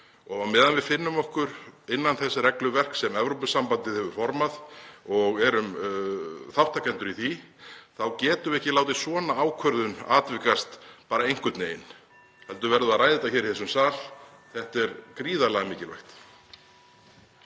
Á meðan við finnum okkur innan þess regluverks sem Evrópusambandið hefur formað og erum þátttakendur í því þá getum við ekki látið svona ákvörðun atvikast bara einhvern veginn heldur verðum við að ræða það hér í þessum sal. Þetta er gríðarlega mikilvægt.